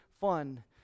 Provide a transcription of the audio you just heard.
fun